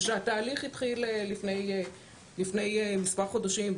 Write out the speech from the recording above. וכשהתהליך התחיל לפני מספר חודשים,